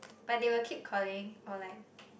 but they will keep calling or like